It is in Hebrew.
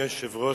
אדוני היושב-ראש,